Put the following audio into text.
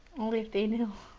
only if they knew.